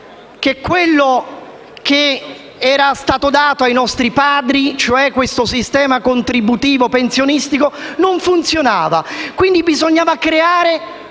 che quello che era stato dato ai nostri padri, cioè il sistema contributivo pensionistico, non funzionava, per cui bisognava creare